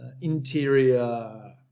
interior